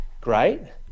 great